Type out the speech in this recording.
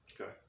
okay